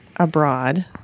abroad